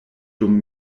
dum